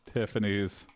Tiffany's